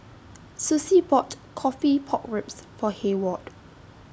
Sussie bought Coffee Pork Ribs For Heyward